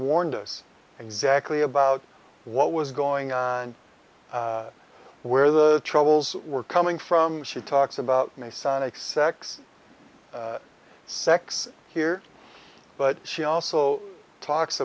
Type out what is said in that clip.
warned us exactly about what was going on where the troubles were coming from she talks about the sonic sex sex here but she also talks